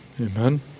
Amen